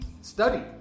study